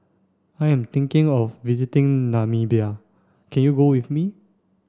I am thinking of visiting Namibia can you go with me